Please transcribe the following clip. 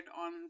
on